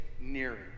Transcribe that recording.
nearing